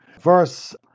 Verse